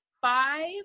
Five